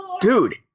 dude